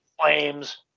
Flames